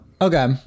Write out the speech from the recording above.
Okay